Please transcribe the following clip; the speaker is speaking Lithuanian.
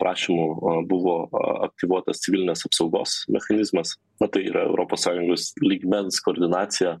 prašymu buvo aktyvuotas civilinės apsaugos mechanizmas na tai yra europos sąjungos lygmens koordinacija